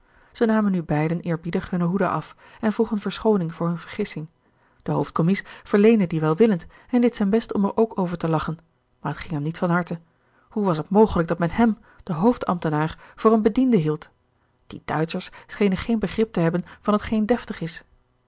zij namen nu beiden eerbiedig hunne hoeden af en vroegen verschooning voor hunne vergissing de hoofdcommies gerard keller het testament van mevrouw de tonnette verleende die welwillend en deed zijn best om er ook over te lachen maar t ging hem niet van harte hoe was het mogelijk dat men hem den hoofdambtenaar voor een bediende hield die duitschers schenen geen begrip te hebben van hetgeen deftig is